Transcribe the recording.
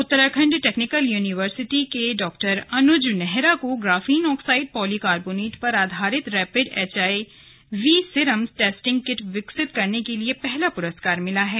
Uttarakhand technical विश्वविद्यालय के डॉ अनुज नेहरा को ग्राफीन आक्साइड पॉली कार्बोनेट पर आधारित रैपिड एचआईवीसीरम टेस्टिंग किट विकसित करने के लिए पहला पुरस्कार मिला है